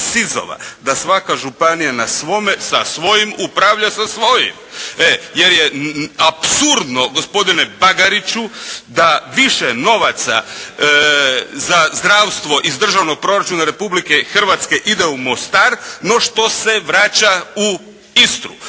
da svaka županija na svome sa svojim upravlja sa svojim, jer je apsurdno gospodine Bagariću da više novaca za zdravstvo iz državnog proračuna Republike Hrvatske ide u Mostar no što se vraća u Istru